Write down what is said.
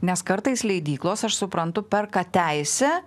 nes kartais leidyklos aš suprantu perka teisę